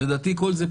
לדעתי חבל,